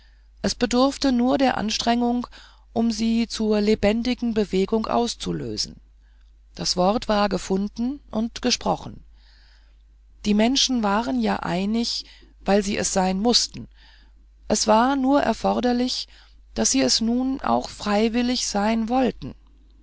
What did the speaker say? es bedurfte nur der anregung um sie zur lebendigen bewegung auszulösen das wort war gefunden und gesprochen die menschen waren ja einig weil sie es sein mußten es war nur erforderlich daß sie es nun auch freiwillig sein wollten